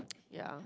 ya